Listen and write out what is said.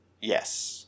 yes